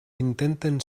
intenten